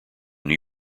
new